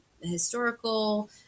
historical